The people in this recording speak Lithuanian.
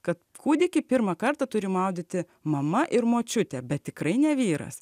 kad kūdikį pirmą kartą turi maudyti mama ir močiutė bet tikrai ne vyras